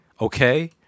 Okay